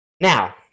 Now